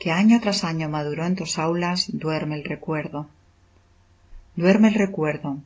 que año tras año maduró en tus aulas duerme el recuerdo duerme el recuerdo